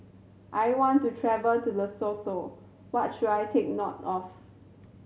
I want to travel to Lesotho what should I take note of